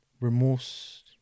remorse